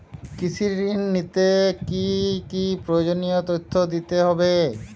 কৃষি ঋণ নিতে কি কি প্রয়োজনীয় তথ্য দিতে হবে?